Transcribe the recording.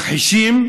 מכחישים.